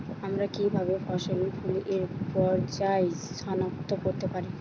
আমরা কিভাবে ফসলে ফুলের পর্যায় সনাক্ত করতে পারি?